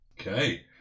Okay